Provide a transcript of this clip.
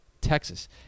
Texas